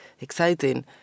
exciting